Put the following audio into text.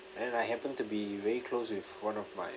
and I happen to be very close with one of my